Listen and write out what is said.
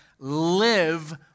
live